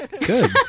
Good